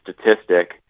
statistic